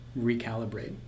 recalibrate